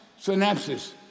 synapses